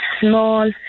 small